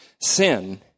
Sin